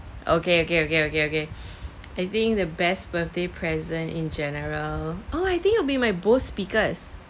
okay okay okay okay okay I think the best birthday present in general oh I think will be my boost speakers